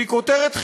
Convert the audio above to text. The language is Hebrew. והיא כותרת חיובית.